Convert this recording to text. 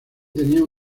tenía